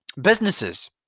businesses